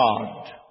God